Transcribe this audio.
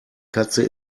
katze